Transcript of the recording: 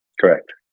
Correct